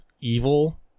evil